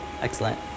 Excellent